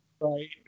Right